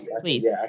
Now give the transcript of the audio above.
please